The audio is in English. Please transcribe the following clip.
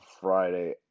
Friday